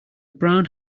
brown